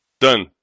Done